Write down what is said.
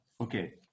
Okay